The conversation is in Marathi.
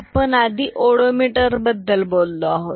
आपण आधी ऑडो मीटर बद्दल बोललो आहोत